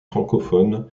francophones